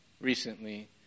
recently